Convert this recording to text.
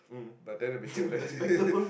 but then it became